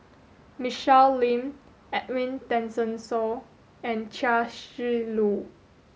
Michelle Lim Edwin Tessensohn and Chia Shi Lu